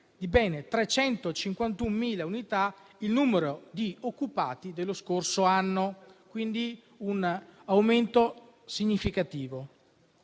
di ben 351.000 unità il numero di occupati dello scorso anno, con un aumento dunque significativo.